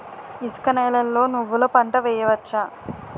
ఇసుక నేలలో నువ్వుల పంట వేయవచ్చా?